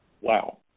Wow